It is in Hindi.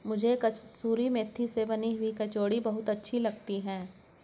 मुझे कसूरी मेथी से बनी हुई कचौड़ी बहुत अच्छी लगती है